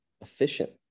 Efficient